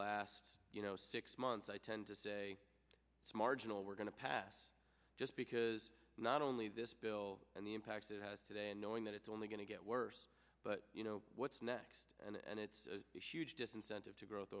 last you know six months i tend to say it's marginal we're going to pass just because not only this bill and the impact it has today knowing that it's only going to get worse but you know what's next and it's a huge disincentive to growth